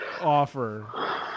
offer